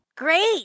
Great